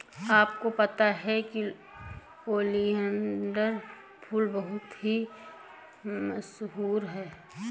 आपको पता है ओलियंडर फूल बहुत ही मशहूर है